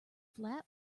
flat